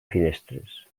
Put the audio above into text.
finestres